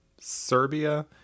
Serbia